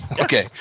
Okay